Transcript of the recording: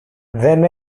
δεν